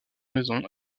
maison